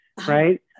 right